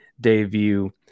debut